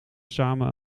samen